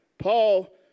Paul